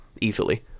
easily